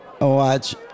Watch